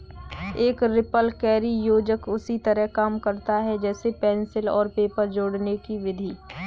एक रिपलकैरी योजक उसी तरह काम करता है जैसे पेंसिल और पेपर जोड़ने कि विधि